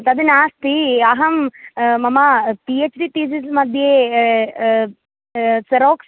तद् नास्ति अहं मम पि एच् डि तीसीस् मध्ये सेरोक्स्